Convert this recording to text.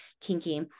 kinky